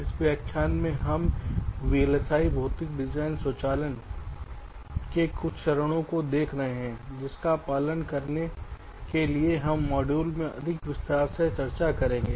इसलिए इस व्याख्यान में हम वीएलएसआई भौतिक डिजाइन स्वचालन के कुछ चरणों को देख रहे हैं जिनका पालन करने के लिए हम मॉड्यूल में अधिक विस्तार से चर्चा करेंगे